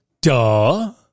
Duh